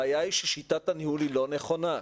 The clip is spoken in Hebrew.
ששיטת הניהול היא לא נכונה.